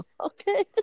okay